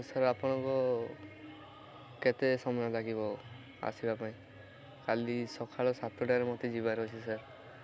sir ଆପଣଙ୍କ କେତେ ସମୟ ଲାଗିବ ଆସିବା ପାଇଁ କାଲି ସକାଳ ସାତଟାରେ ମୋତେ ଯିବାର ଅଛି ସାର୍